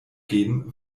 geben